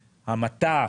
המט"ח,